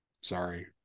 sorry